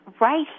right